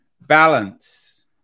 balance